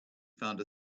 found